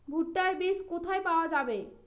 ভুট্টার বিজ কোথায় পাওয়া যাবে?